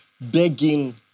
begging